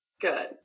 good